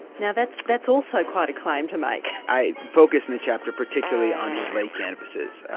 now that's that's also quite a claim to make. i focus in the chapter particularly on his late canvasses,